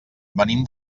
venim